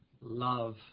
love